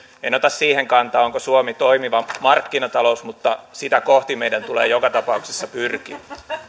en ota siihen kantaa onko suomi toimiva markkinatalous mutta sitä kohti meidän tulee joka tapauksessa pyrkiä